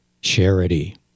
charity